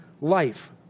life